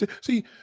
See